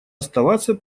оставаться